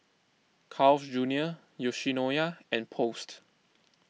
Carl's Junior Yoshinoya and Post